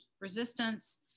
resistance